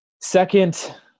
Second